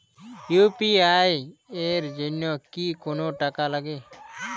UPI এর জন্য কি কোনো টাকা লাগে?